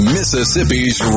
Mississippi's